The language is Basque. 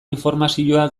informazioa